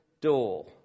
door